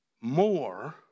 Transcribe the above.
more